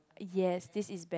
yes this is bad